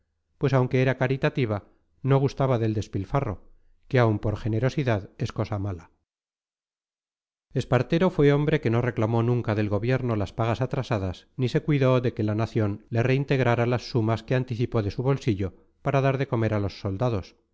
pues aunque era caritativa no gustaba del despilfarro que aun por generosidad es cosa mala espartero fue hombre que no reclamó nunca del gobierno las pagas atrasadas ni se cuidó de que la nación le reintegrara las sumas que anticipó de su bolsillo para dar de comer a los soldados